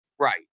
Right